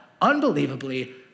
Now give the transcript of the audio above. unbelievably